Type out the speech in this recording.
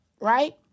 right